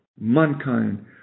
Mankind